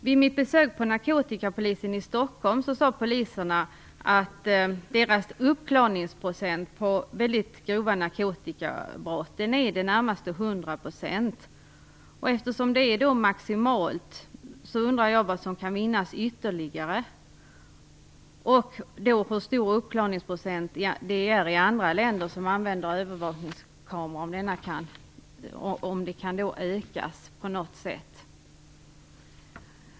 Vid mitt besök hos narkotikapolisen i Stockholm sade poliserna att uppklarningsprocenten för mycket grova narkotikabrott är i det närmaste 100. Eftersom det är maximalt undrar jag vad ytterligare som kan vinnas. Jag undrar också över uppklarningsprocenten i andra länder där övervakningskameror används och om den siffran kan ökas på något sätt.